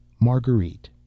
Marguerite